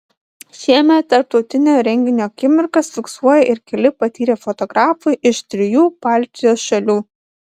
šiemet tarptautinio renginio akimirkas fiksuoja ir keli patyrę fotografai iš trijų baltijos šalių